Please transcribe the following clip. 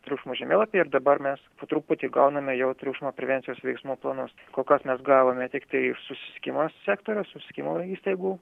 triukšmo žemėlapiai ir dabar mes po truputį gauname jau triukšmo prevencijos veiksmų planus kol kas mes gavome tiktai susisiekimo sektoriaus susisiekimo įstaigų